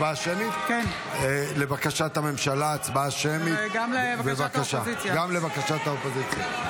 לבקשת הממשלה וגם לבקשת האופוזיציה,